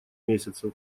месяцев